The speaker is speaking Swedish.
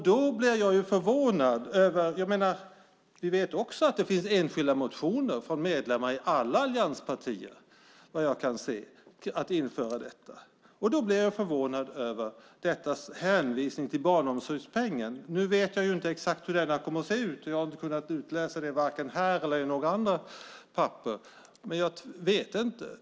Vi vet också att det finns enskilda motioner från medlemmar i alla allianspartier om att införa detta. Då blir jag förvånad över denna hänvisning till barnomsorgspengen. Nu vet jag inte exakt hur denna kommer att se ut. Jag har inte kunnat utläsa det vare sig här eller i några andra papper.